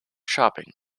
shopping